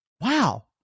Wow